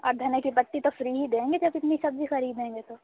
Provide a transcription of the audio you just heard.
اور دھنیا کی پتی تو فری ہی دیں گے جب اتنی سبزی خریدیں گے تو